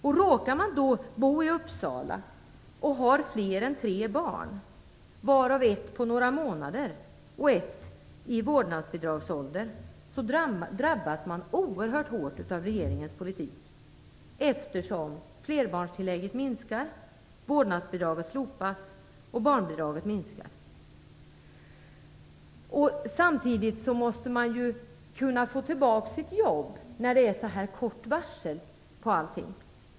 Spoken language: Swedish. Om man råkar bo i Uppsala och har fler än tre barn, varav ett är några månader och ett är i vårdnadsbidragsålder, drabbas man oerhört hårt av regeringens politik. Flerbarnstillägget minskar, vårdnadsbidraget slopas och barnbidraget minskar. Samtidigt måste man kunna få tillbaka sitt jobb. Det är ju så kort varsel på allting.